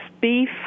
beef